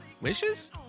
Wishes